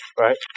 right